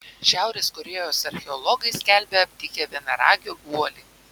šiaurės korėjos archeologai skelbia aptikę vienaragio guolį